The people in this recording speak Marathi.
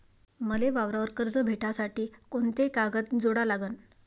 मले वावरावर कर्ज भेटासाठी कोंते कागद जोडा लागन?